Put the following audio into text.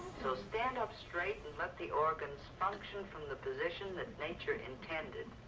so stand up straight and let the organs function from the position that nature intended.